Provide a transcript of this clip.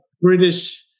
British